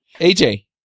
AJ